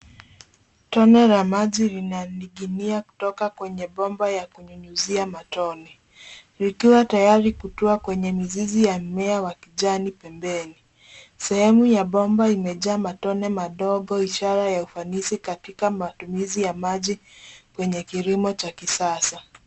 Tone la maji linaning'inia kutoka kwenye bomba ya kunyunyuzia matone, likiwa tayari kutua kwenye mizizi ya mimea wa kijani pembeni. Sehemu ya bomba imejaa matone madogo, ishara ya ufanisi katika matumizi ya maji kwenye kilimo cha kisasa.